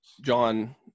John